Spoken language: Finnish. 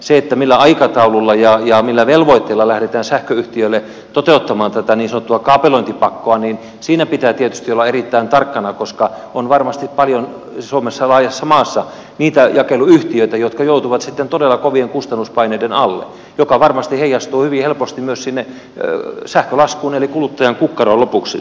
siinä millä aikataululla ja millä velvoitteilla lähdetään sähköyhtiöille toteuttamaan tätä niin sanottua kaapelointipakkoa pitää tietysti olla erittäin tarkkana koska on varmasti paljon suomessa laajassa maassa niitä jakeluyhtiöitä jotka joutuvat sitten todella kovien kustannuspaineiden alle mikä varmasti heijastuu hyvin helposti myös sinne sähkölaskuun eli kuluttajan kukkaroon lopuksi